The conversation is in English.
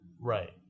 Right